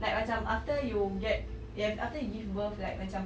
like macam after you get you've after you give birth like macam